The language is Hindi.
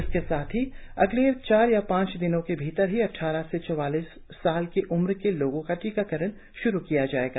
इसके साथ ही अगले चार पांच दिनों के भीतर ही अद्वारह से चौवालीस साल के उम्र के लोगों का टीकाकरण श्रू किया जाएगा